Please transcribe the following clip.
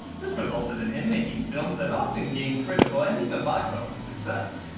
this resulted in him making films that often gained critical and even box office success.